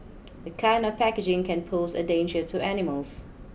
this kind of packaging can pose a danger to animals